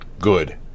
good